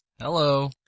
Hello